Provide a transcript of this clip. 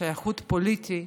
שייכות פוליטית,